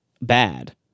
bad